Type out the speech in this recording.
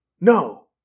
No